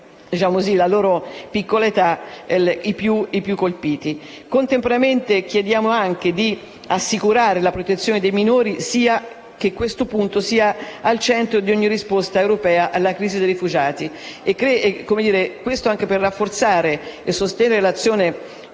la loro piccola età, sono i più colpiti. Contemporaneamente, chiediamo di assicurare la protezione dei minori e che questo punto sia al centro di ogni risposta europea sulla crisi dei rifugiati. Questo anche per rafforzare e sostenente l'azione